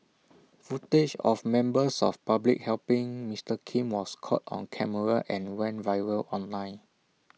footage of members of public helping Mister Kim was caught on camera and went viral online